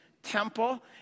temple